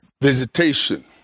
visitation